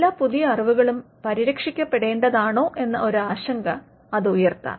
എല്ലാ പുതിയ അറിവുകളും പരിരക്ഷിക്കപ്പെടേണ്ടതാണോ എന്ന ഒരു ആശങ്ക അത് ഉയർത്താം